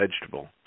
vegetable